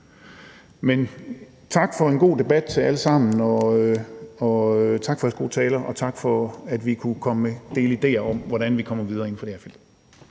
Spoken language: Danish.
Men tak for en god debat til jer alle sammen, tak for jeres gode taler, og tak for, at vi kunne dele idéer om, hvordan vi kommer videre inden for det her felt.